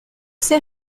ces